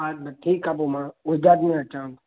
हा न ठीकु आ्हे पोइ मां ॿुधरु ॾिंहुं अचांव थो